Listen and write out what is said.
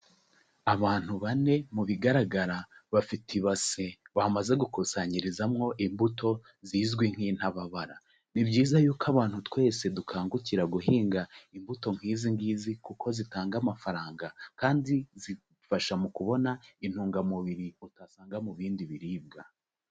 Abantu bane, mu bigaragara bafite ibase bamaze gukusanyirizamo imbuto zizwi nk'intababara, ni byiza yuko abantu twese dukangukira guhinga imbuto nk'izi ngizi, kuko zitanga amafaranga, kandi zigufasha mu kubona intungamubiri utasanga mu bindi biribwa.